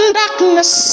darkness